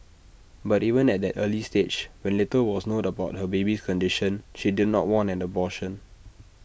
but even at that early stage when little was known about her baby's condition she did not want an abortion